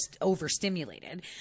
overstimulated